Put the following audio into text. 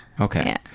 Okay